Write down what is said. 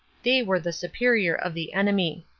they were the superior of the enemy.